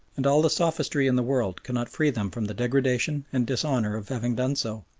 and all the sophistry in the world cannot free them from the degradation and dishonour of having done so.